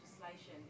legislation